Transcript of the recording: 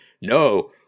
No